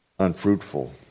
Unfruitful